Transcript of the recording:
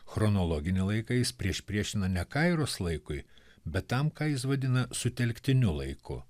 chronologinį laiką jis priešpriešina ne kairos laikui bet tam ką jis vadina sutelktiniu laiku